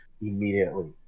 immediately